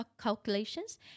calculations